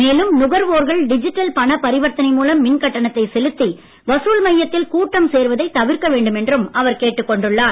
மேலும் நுகர்வோர்கள் டிஜிட்டல் பண பரிவர்த்தனை மூலம் மின் கட்டணத்தை செலுத்தி வசூல் மையத்தில் கூட்டம் சேர்வதை தவிர்க்க வேண்டும் என்றும் அவர் கேட்டுக்கொண்டுள்ளார்